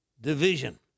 division